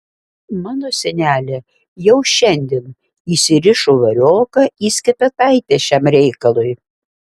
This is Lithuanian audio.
mano senelė jau šiandien įsirišo varioką į skepetaitę šiam reikalui